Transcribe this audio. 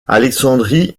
alexandrie